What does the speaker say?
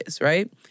right